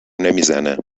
نمیزنه